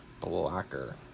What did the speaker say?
blocker